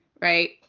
right